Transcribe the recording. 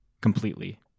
completely